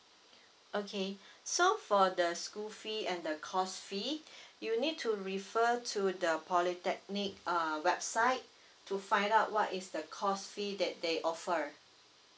okay so for the school fee and the course fee you need to refer to the polytechnic uh website to find out what is the course fee that they offer